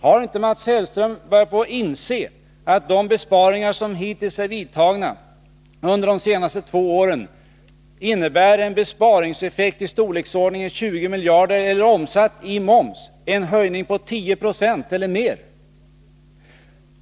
Har inte Mats Hellström börjat inse att de besparingar som har gjorts under de senaste två åren innebär en besparingseffekt i storleksordningen 20 miljarder, eller omsatt i moms en höjning på 10 Yo eller mer?